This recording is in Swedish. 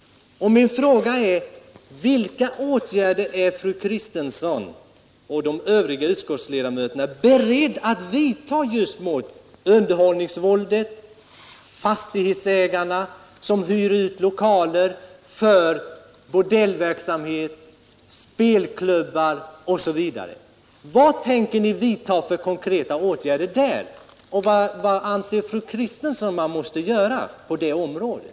Min fråga är: Vilka åtgärder är fru Kristensson och de övriga utskottsledamöterna beredda att vidta mot underhållningsvåldet, fastighetsägarna som hyr ut lokaler för bordellverksamhet, spelklubbar osv.? Vilka konkreta åtgärder tänker ni vidta när det gäller dessa frågor, och vad anser fru Kristensson att man måste göra på det här området?